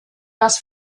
das